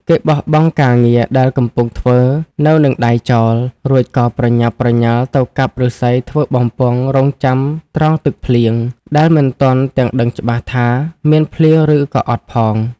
គេបោះបង់ការងារដែលកំពុងធ្វើនៅហ្នឹងដៃចោល រួចក៏ប្រញាប់ប្រញាល់ទៅកាប់ឫស្សីធ្វើបំពង់រង់ចាំត្រងទឹកភ្លៀង ដែលមិនទាន់ទាំងដឹងច្បាស់ថា មានភ្លៀងឬក៏អត់ផង ។